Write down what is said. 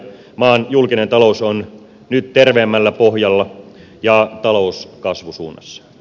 maan julkinen talous on nyt terveemmällä pohjalla ja talous kasvusuunnassa